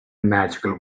magical